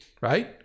Right